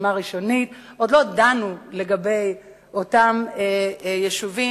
רשימה ראשונית, עוד לא דנו לגבי אותם יישובים.